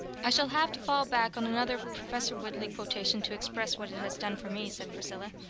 i shall have to fall back on another professor woodleigh quotation to express what it has done for me, said priscilla.